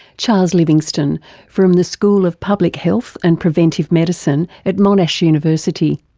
charles livingstone from the school of public health and preventive medicine at monash university.